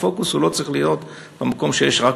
הפוקוס לא צריך להיות במקום שיש רק